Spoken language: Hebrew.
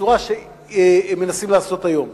בצורה שמנסים לעשות היום.